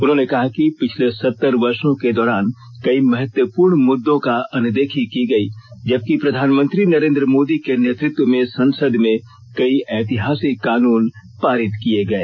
उन्होंने कहा कि पिछले सत्तर वर्षो के दौरान कई महत्वपूर्ण मुद्दों की अनदेखी की गयी जबकि प्रधानमंत्री नरेंद्र मोदी के नेतृत्व में संसद में कई ऐतिहासिक कानून पारित किए गए